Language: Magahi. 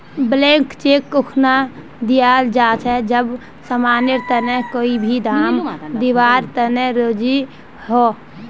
ब्लैंक चेक उखना दियाल जा छे जब समानेर तने कोई भी दाम दीवार तने राज़ी हो